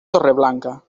torreblanca